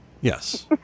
Yes